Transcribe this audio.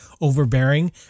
overbearing